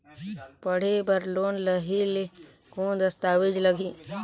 पढ़े बर लोन लहे ले कौन दस्तावेज लगही?